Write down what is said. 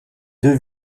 deux